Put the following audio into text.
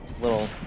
little